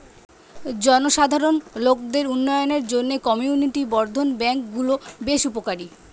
জনসাধারণ লোকদের উন্নয়নের জন্যে কমিউনিটি বর্ধন ব্যাংক গুলো বেশ উপকারী